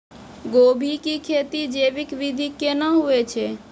गोभी की खेती जैविक विधि केना हुए छ?